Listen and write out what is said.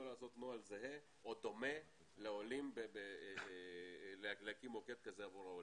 לעשות נוהל זהה או דומה להקים מוקד כזה עבור העולים.